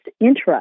interest